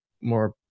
more